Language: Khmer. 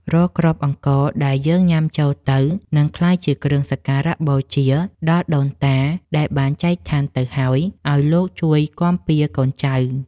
រាល់គ្រាប់អង្ករដែលយើងញ៉ាំចូលទៅនឹងក្លាយជាគ្រឿងសក្ការៈបូជាដល់ដូនតាដែលបានចែកឋានទៅហើយឱ្យលោកជួយគាំពារកូនចៅ។